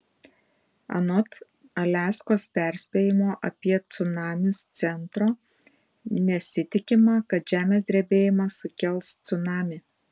anot aliaskos perspėjimo apie cunamius centro nesitikima kad žemės drebėjimas sukels cunamį